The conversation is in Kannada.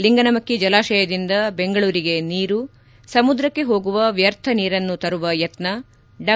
ಲಿಂಗನಮಕ್ಕಿ ಜಲಾಶಯದಿಂದ ಬೆಂಗಳೂರಿಗೆ ನೀರು ಸಮುದ್ರಕ್ಕೆ ಹೋಗುವ ವ್ಯರ್ಥ ನೀರನ್ನು ತರುವ ಯತ್ನ ಡಾ